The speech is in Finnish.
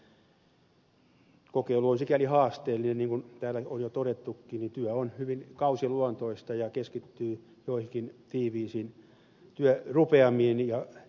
kokeilu on sikäli haasteellinen niin kuin täällä on jo todettukin että työ on hyvin kausiluontoista ja keskittyy joihinkin tiiviisiin työrupeamiin